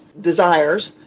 desires